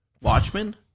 Watchmen